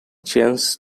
changed